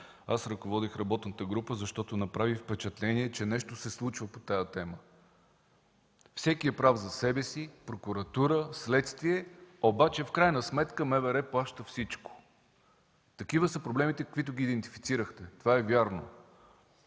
г. Ръководех работната група, защото направи впечатление, че нещо се случва по тази тема. Всеки е прав за себе си – прокуратура, следствие, обаче в крайна сметка МВР плаща всичко. Такива са проблемите, каквито ги идентифицирахте. Това е вярно.